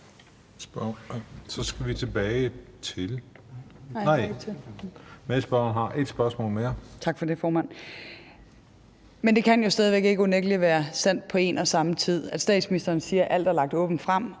dele kan stadig væk ikke være sandt på en og samme tid. Statsministeren siger, at alt er lagt åbent frem,